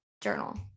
journal